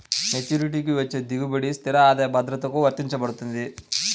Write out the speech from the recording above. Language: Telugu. మెచ్యూరిటీకి వచ్చే దిగుబడి స్థిర ఆదాయ భద్రతకు వర్తించబడుతుంది